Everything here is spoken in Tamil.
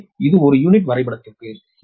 எனவே இது ஒரு யூனிட் வரைபடத்திற்கு